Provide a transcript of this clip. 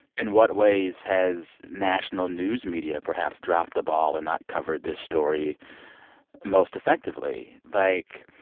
in what ways has national news media perhaps dropped the ball or not covered this story most effectively? like,